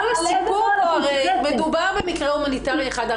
כל הסיפור פה הרי מדובר במקרה הומניטרי אחד.